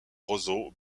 roseau